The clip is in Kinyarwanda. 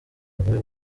bagore